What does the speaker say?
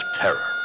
terror